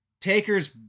Taker's